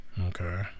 Okay